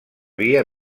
via